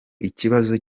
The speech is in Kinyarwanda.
ikibazo